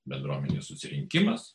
bendruomenės susirinkimas